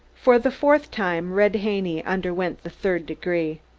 for the fourth time red haney underwent the third degree.